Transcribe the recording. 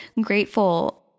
grateful